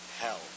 hell